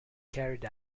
carried